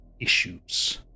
issues